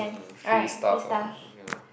um free stuff ah ya